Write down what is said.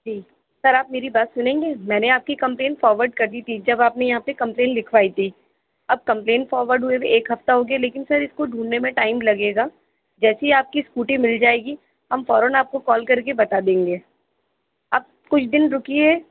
جی sir آپ میری بات سنیں گے میں نے آپ کی کمپلین فارورڈ کر دی تھی جب آپ نے یہاں پہ کمپلین لکھوائی تھی اب کمپلین فارورڈ ہوئے بھی ایک ہفتہ ہو گیا لیکن سر اس کو ڈھونڈنے میں ٹائم لگےگا جیسے ہی آپ کی اسکوٹی مل جائےگی ہم فوراً آپ کو کال کر کے بتا دیں گے آپ کچھ دن رکیے